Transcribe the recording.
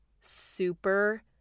super